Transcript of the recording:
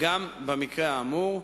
גם במקרה האמור,